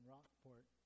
Rockport